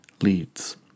leads